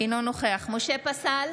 נוכח ינון אזולאי,